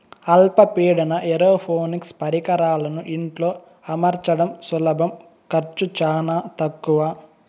అల్ప పీడన ఏరోపోనిక్స్ పరికరాలను ఇంట్లో అమర్చడం సులభం ఖర్చు చానా తక్కవ